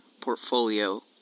portfolio